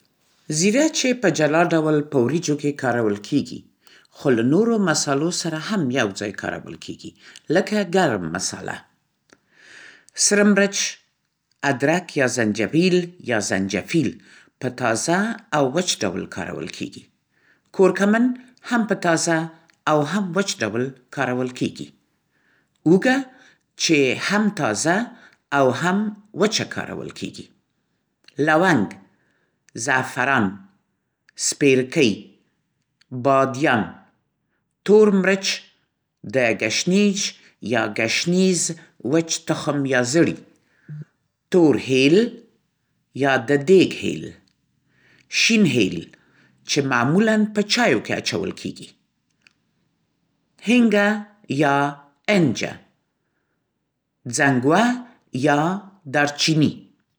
زيره – چې په جلا ډول په وریجو كى كارول كېږي. خو له نورو مسالو سره هم یوځای کارول کېږي. لکه ګرم مساله. سره مرچ ادرك یا زنجبیل یا زنجفیل په تازه او وچ ډول کارول کېږي. كوركمن هم په تازه او وچ ډول کارول کېږي. اوږه چې هم تازه او هم وچه کارول کېږي. لونګ زعفران سپېرکۍ بادیان تور مرچ د ګشنيج یا ګشيز وچ تخم يا زړي. تور هېل یا د دېګ هېل شين هېل چې معمولا په چایو کې اچول کېږي. هینګه یا انجه ځنګوه یا دارچینی